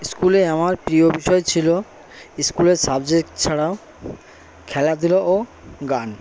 স্কুলে আমার প্রিয় বিষয় ছিল স্কুলের সাবজেক্ট ছাড়াও খেলাধূলা ও গান